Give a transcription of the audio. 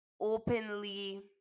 openly